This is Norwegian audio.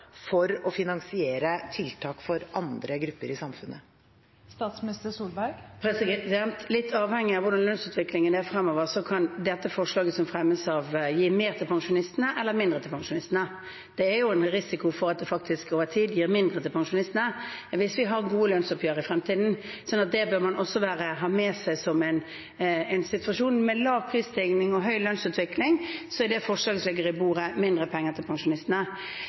for å finansiere tiltak for andre grupper i samfunnet? Litt avhengig av hvordan lønnsutviklingen er fremover, så kan dette forslaget som fremmes, gi mer til pensjonistene eller mindre til pensjonistene. Det er jo en risiko for at det faktisk over tid gir mindre til pensjonistene hvis vi har gode lønnsoppgjør i fremtiden, så det bør man også ha med seg som en situasjon. Med lav prisstigning og høy lønnsutvikling betyr det forslaget som ligger på bordet, mindre penger til pensjonistene.